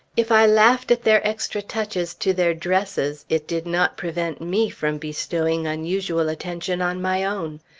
if i laughed at their extra touches to their dresses, it did not prevent me from bestowing unusual attention on my own.